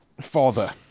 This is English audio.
father